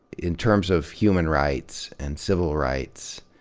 in terms of human rights and civil rights,